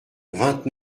vingt